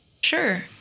Sure